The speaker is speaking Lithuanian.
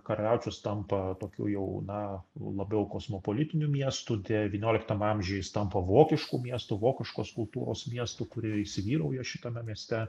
karaliaučius tampa tokiu jau na labiau kosmopolitiniu miestu devynioliktam amžiuj jis tampa vokišku miestu vokiškos kultūros miestu kuri įsivyrauja šitame mieste